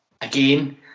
again